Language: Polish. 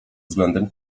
względem